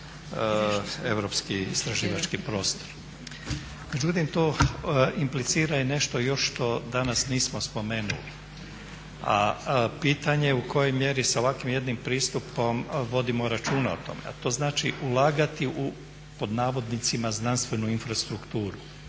europski istraživački prostor. Međutim, to implicira i nešto još što danas nismo spomenuli a pitanje u kojoj mjeri sa ovakvim jednim pristupom vodimo računa o tome. A to znači ulagati u pod navodnicima "znanstvenu infrastrukturu",